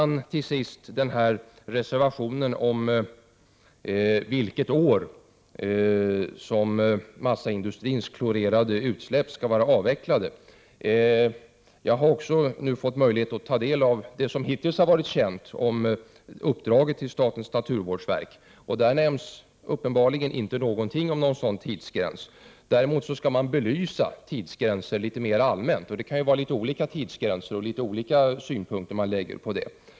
När det gäller reservationen om det år då massaindustrins klorerade utsläpp skall vara avvecklade, har jag nu också fått möjlighet att ta del av det som hittills varit känt om uppdraget till statens naturvårdsverk, och där nämns uppenbarligen inte någonting om en sådan tidsgräns. Däremot skall tidsgränsen belysas litet mera allmänt, och där kan det finnas olika synpunkter.